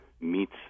meets